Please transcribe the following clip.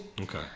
Okay